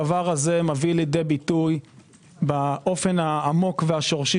זה מביא לידי ביטוי באופן העמוק והשורשי